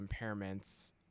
impairments